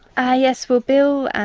ah yes, well bill,